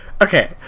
okay